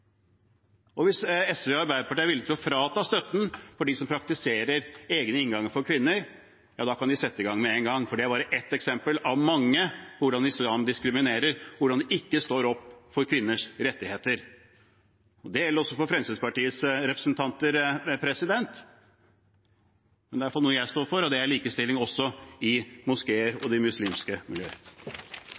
å frata dem som praktiserer egne innganger for kvinner, støtten, kan de sette i gang med en gang, for det er bare ett eksempel av mange på hvordan islam diskriminerer, hvordan de ikke står opp for kvinners rettigheter. Det gjelder også for Fremskrittspartiets representanter. Det er i alle fall noe jeg står for: likestilling også i moskeer og i de muslimske